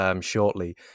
shortly